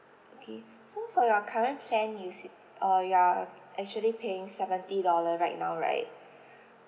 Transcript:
okay so for your current plan you say uh you are actually paying seventy dollar right now right